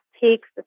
takes